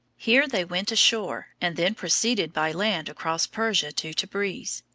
here they went ashore, and then proceeded by land across persia to tabriz.